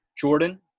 Jordan